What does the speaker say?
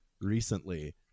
recently